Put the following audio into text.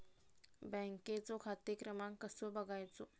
बँकेचो खाते क्रमांक कसो बगायचो?